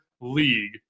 league